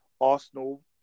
Arsenal